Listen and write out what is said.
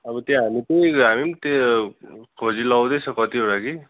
अब त्यो हामी खोजी लाउँदैछ कतिवटा कि